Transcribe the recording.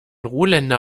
ruländer